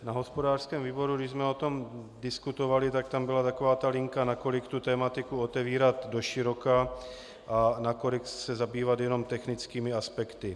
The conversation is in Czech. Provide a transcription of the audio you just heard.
Na hospodářském výboru, když jsme o tom diskutovali, tak tam byla taková ta linka, nakolik tu tematiku otevírat doširoka a nakolik se zabývat jenom technickými aspekty.